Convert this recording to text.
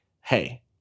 hey